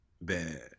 Bad